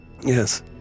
Yes